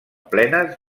plenes